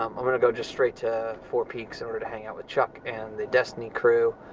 um i'm gonna go just straight to four peaks in order to hang out with chuck and the destiny crew,